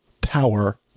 Power